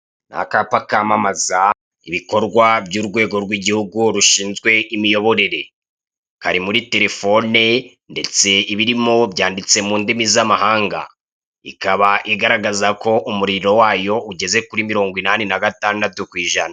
Ni akapa kamamaza ibikorwa by'urwego rw'igihugu rushinzwe imiyoborere. Kari muri terefone ndetse ibirimo byanditse mu ndimi z'amahanga, ikaba igaragaza ko umuriro wayo ugeze kuri mirongo inani nagatandatu ku ijana.